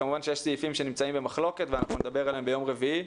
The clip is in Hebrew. כמובן שיש סעיפים שנמצאים במחלוקת ואנחנו נדבר עליהם ביום רביעי.